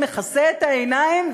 מכסה את העיניים",